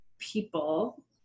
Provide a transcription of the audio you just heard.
people